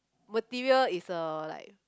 material is uh like